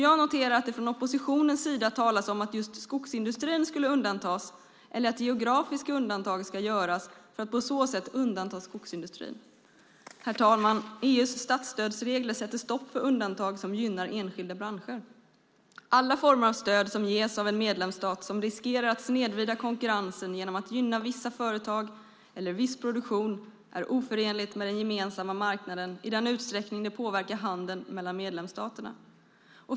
Jag noterar att det från oppositionens sida talas om att just skogsindustrin skulle undantas eller att geografiska undantag ska göras för att på så sätt undanta skogsindustrin. Herr talman! EU:s statsstödsregler sätter stopp för undantag som gynnar enskilda branscher. Alla former av stöd som ges av en medlemsstat som riskerar att snedvrida konkurrensen genom att gynna vissa företag eller viss produktion är oförenligt med den gemensamma marknaden i den utsträckning det påverkar handeln mellan medlemsstaterna.